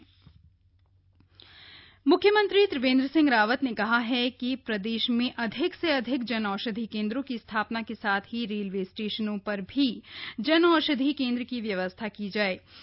जन औषधि केंद्र मुख्यमंत्री त्रिवेंद्र सिंह रावत ने कहा है कि ने प्रदेश में अधिक से अधिक जन औषधि केन्द्रों की स्थापना के साथ ही रेलवे स्टेशनों पर भी जन औषधि केंद्र की व्यवस्था की जाएगी